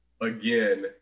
again